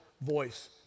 voice